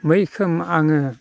मैखोम आङो